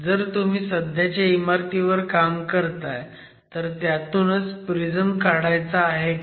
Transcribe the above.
जर तुम्ही सध्याच्या इमारतीवर काम करताय तर त्यातूनच प्रिझम काढायचा आहे का